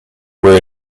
where